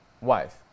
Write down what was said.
Wife